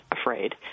afraid